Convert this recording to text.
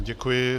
Děkuji.